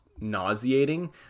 nauseating